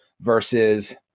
versus